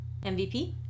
mvp